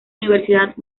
universidad